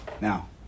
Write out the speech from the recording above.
Now